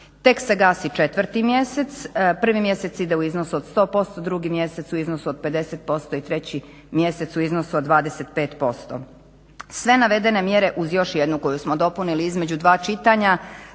tek se gasi 4.mjesec. 1.mjesec ide u iznosu 100%, 2.mjesec u iznosu od 50% i 3.mjesec u iznosu od 25%. Sve navedene mjere uz još jednu koju smo dopunili između dva čitanja